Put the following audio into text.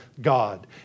God